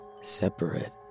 separate